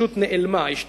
פשוט נעלמה, השתתקה.